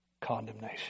condemnation